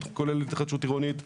כוללת להתחדשות עירונית.